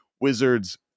wizards